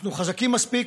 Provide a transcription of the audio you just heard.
אנחנו חזקים מספיק,